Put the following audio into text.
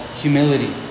humility